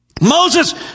Moses